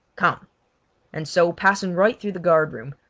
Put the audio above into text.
come and so, passing right through the guard room,